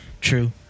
True